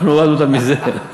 אנחנו הורדנו אותם מזה.